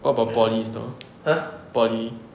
what about poly now poly